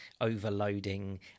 overloading